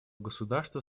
государства